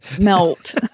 melt